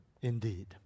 indeed